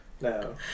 No